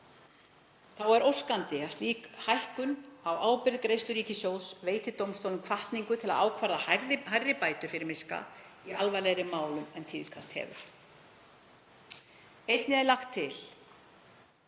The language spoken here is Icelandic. Þá er óskandi að slík hækkun á ábyrgð greiðslu ríkissjóðs veiti dómstólum hvatningu til að ákvarða hærri bætur fyrir miska í alvarlegri málum en tíðkast hefur. Einnig er lagt til